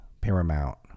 Paramount